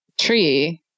tree